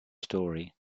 story